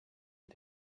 mit